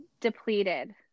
depleted